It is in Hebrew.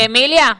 אמיליה,